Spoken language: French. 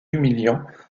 humiliant